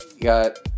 got